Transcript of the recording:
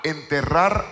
Enterrar